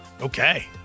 Okay